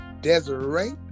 Desiree